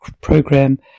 Program